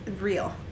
real